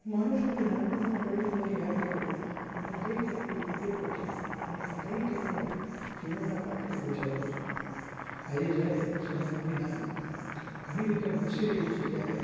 હું માનું છું કે નાનપણમાં પડેલી મારી આ ટેવ મને કંઇક એટલી કુટેવોથી અને કંઇક એટલા જીવનના પાઠોથી બચાવ્યો છે આજે જ્યારે સમાજની હાલત ઘણી રીતે વણસી રહી છે ત્યારે